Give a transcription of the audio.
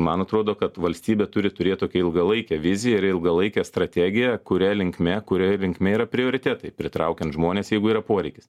man atrodo kad valstybė turi turėt tokią ilgalaikę viziją ir ilgalaikę strategiją kuria linkme kuria linkme yra prioritetai pritraukiant žmones jeigu yra poreikis